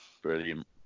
brilliant